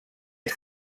had